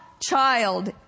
Child